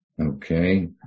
Okay